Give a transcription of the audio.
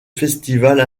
festivals